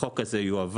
החוק הזה יועבר.